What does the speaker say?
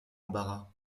embarras